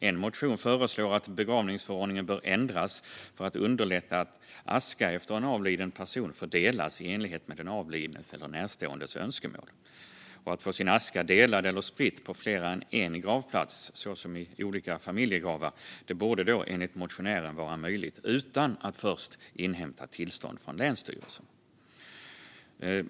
En motion föreslår att begravningsförordningen ska ändras för att underlätta att aska efter en avliden person får delas i enlighet med den avlidnes eller närståendes önskemål. Att få sin aska delad eller spridd på fler än en gravplats, som i olika familjegravar, borde enligt motionären vara möjligt utan att först inhämta tillstånd från länsstyrelsen.